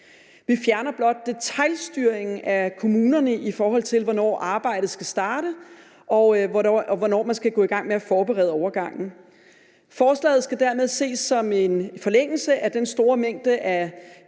Vi fjerner blot detailstyringen af kommunerne, i forhold til hvornår arbejdet skal starte, og hvornår man skal gå i gang med at forberede overgangen. Forslaget skal dermed ses som en forlængelse af den store mængde af